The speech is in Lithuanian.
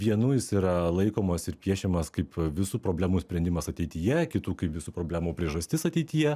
vienų jis yra laikomas ir piešiamas kaip visų problemų sprendimas ateityje kitų kaip visų problemų priežastis ateityje